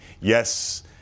yes